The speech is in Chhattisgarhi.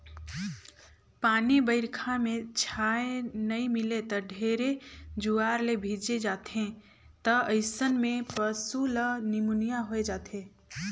पानी बइरखा में छाँय नइ मिले त ढेरे जुआर ले भीजे जाथें त अइसन में पसु ल निमोनिया होय जाथे